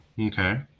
okay